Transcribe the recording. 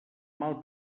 mal